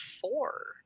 four